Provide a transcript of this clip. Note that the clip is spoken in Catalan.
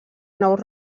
nous